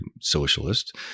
socialist